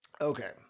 Okay